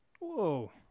Whoa